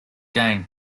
game